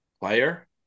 Player